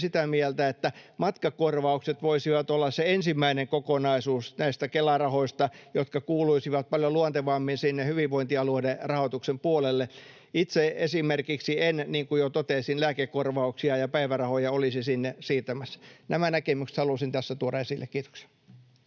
sitä mieltä, että matkakorvaukset voisivat olla se ensimmäinen kokonaisuus näistä Kela-rahoista, jotka kuuluisivat paljon luontevammin sinne hyvinvointialueiden rahoituksen puolelle. Itse esimerkiksi en, niin kuin jo totesin, lääkekorvauksia ja päivärahoja olisi sinne siirtämässä. Nämä näkemykset halusin tässä tuoda esille. — Kiitokset.